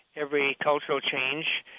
every cultural change.